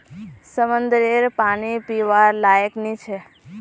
समंद्ररेर पानी पीवार लयाक नी छे